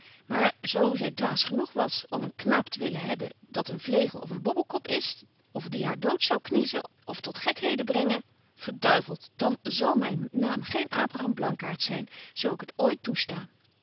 maar zo zy dwaas genoeg was om een knaap te willen hebben dat een vlegel of een bobbekop is of die haar dood zou kniezen of tot gekheden brengen verduivelt dan zal myn naam geen abraham blankaart zyn zo ik het ooit toesta